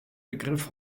begriff